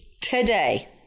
today